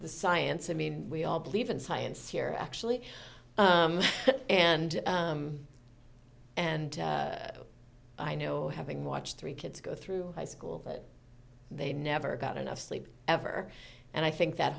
the science i mean we all believe in science here actually and and i know having watched three kids go through high school that they never got enough sleep ever and i think that